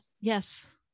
Yes